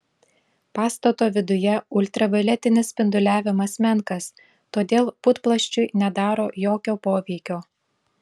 pastato viduje ultravioletinis spinduliavimas menkas todėl putplasčiui nedaro jokio poveikio